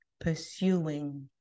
pursuing